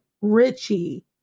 Richie